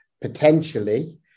potentially